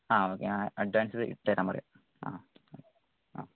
ആ ഓക്കേ ആ അഡ്വാൻസ് ഇട്ടുതരാൻ പറയാം ആ ആ ആ